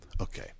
Okay